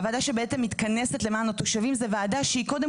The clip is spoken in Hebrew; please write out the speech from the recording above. שהוועדה שבעצם מתכנסת למען התושבים זו ועדה שהיא קודם